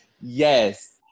Yes